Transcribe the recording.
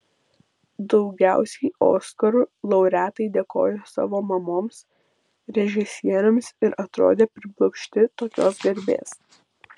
daugiausiai oskarų laureatai dėkojo savo mamoms režisieriams ir atrodė priblokšti tokios garbės